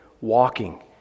walking